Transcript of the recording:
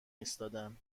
ایستادن